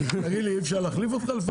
תגיד לי, אי אפשר להחליף אותך...